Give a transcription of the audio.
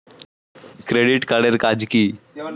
Credit card এর কাজ কি?